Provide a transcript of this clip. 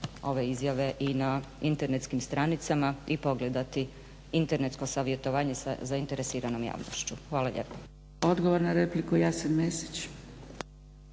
ove izjave i na internetskim stranicama i pogledati internetsko savjetovanje sa zainteresiranom javnošću. Hvala lijepo. **Zgrebec,